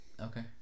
Okay